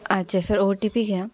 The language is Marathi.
अच्छा सर ओ टी पी घ्या